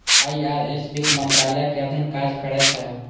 IRS वित्त मंत्रालय के अधीन काज करै छै